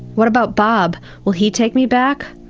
what about bob, will he take me back?